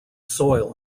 soil